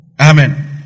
Amen